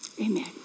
Amen